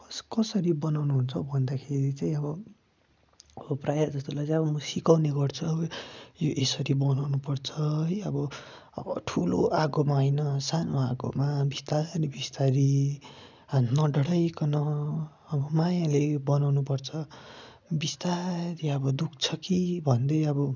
कस् कसरी बनाउनु हुन्छ हौ भन्दाखेरि चाहिँ अब प्रायः जस्तोलाई चाहिँ अब म सिकाउने गर्छु यो यसरी बनाउनु पर्छ है अब अब ठुलो आगोमा होइन सानो आगोमा बिस्तारी बिस्तारी नडराइकन अब मायाले बनाउनु पर्छ बिस्तारी अब दुख्छ कि भन्दै अब